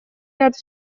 ряд